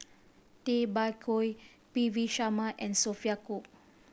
Tay Bak Koi P V Sharma and Sophia Cooke